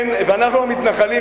אנחנו המתנחלים,